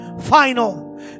final